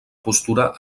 postura